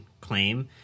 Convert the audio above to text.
claim